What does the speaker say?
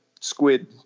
squid